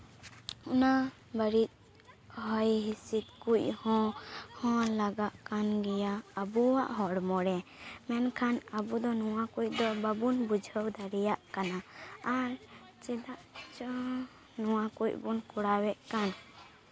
ᱚᱱᱟ ᱵᱟᱹᱲᱤᱡ ᱦᱚᱭ ᱦᱤᱥᱤᱫ ᱠᱚᱡ ᱦᱚᱸ ᱞᱟᱜᱟᱜ ᱠᱟᱱ ᱜᱮᱭᱟ ᱟᱵᱚᱣᱟᱜ ᱦᱚᱲᱢᱚ ᱨᱮ ᱢᱮᱱᱠᱷᱟᱱ ᱟᱵᱚ ᱫᱚ ᱱᱚᱣᱟ ᱠᱚᱡ ᱫᱚ ᱵᱟᱵᱚᱱ ᱵᱩᱡᱷᱟᱹᱣ ᱫᱟᱲᱮᱭᱟᱜ ᱠᱟᱱᱟ ᱟᱨ ᱪᱮᱫᱟᱜ ᱪᱚ ᱱᱚᱣᱟ ᱠᱚᱡ ᱵᱚᱱ ᱠᱚᱨᱟᱣᱭᱮᱫ ᱠᱟᱱ